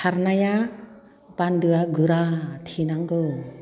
सारनाया बानदोआ गोरा थेनांगौ